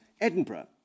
Edinburgh